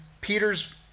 Peter's